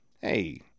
hey